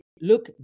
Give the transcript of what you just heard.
look